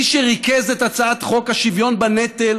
מי שריכזה את הצעת חוק השוויון בנטל